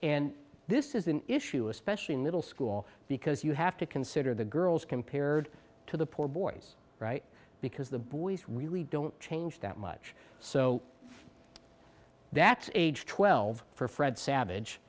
and this is an issue especially in middle school because you have to consider the girls compared to the poor boys right because the boys really don't change that much so that age twelve for fred savage